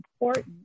important